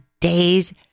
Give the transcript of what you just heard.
days